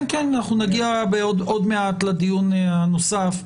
אנחנו נגיע עוד מעט לדיון הנוסף,